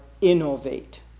innovate